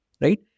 right